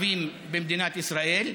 ערבים במדינת ישראל,